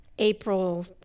April